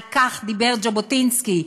על כך דיבר ז'בוטינסקי.